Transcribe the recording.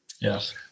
Yes